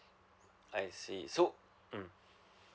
I see so mm